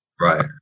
Right